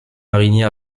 marinier